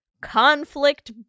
conflict